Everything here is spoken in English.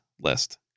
list